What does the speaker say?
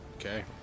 Okay